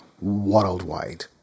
worldwide